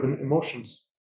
emotions